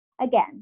again